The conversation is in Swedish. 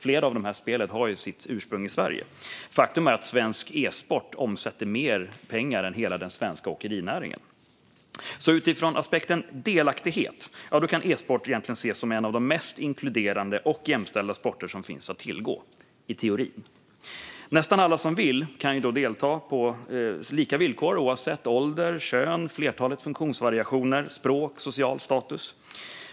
Flera av dessa spel har sitt ursprung i Sverige. Faktum är att svensk e-sport omsätter mer pengar än hela den svenska åkerinäringen. Utifrån aspekten delaktighet kan e-sport alltså egentligen ses som en av de mest inkluderande och jämställda sporter som finns att tillgå, i teorin. Nästan alla som vill kan delta på lika villkor oavsett ålder, kön, flertalet funktionsvariationer, språk och social status.